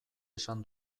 esan